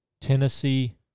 Tennessee